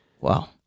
Wow